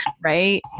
right